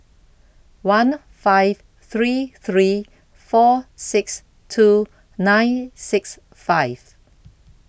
one five three three four six two nine six five